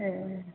ए